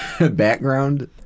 background